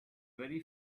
very